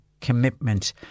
commitment